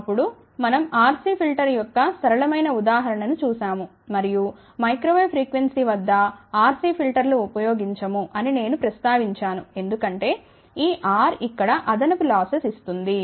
అప్పుడు మనం RC filter యొక్క సరళమైన ఉదాహరణ ను చూశాము మరియు మైక్రో వేవ్ ఫ్రీక్వెన్సీ వద్ద RC ఫిల్టర్ను ఉపయోగించము అని నేను ప్రస్తావించాను ఎందుకంటే ఈ R ఇక్కడ అదనపు లాసెస్ ఇస్తుంది